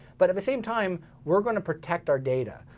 but at the same time, we're gonna protect our data.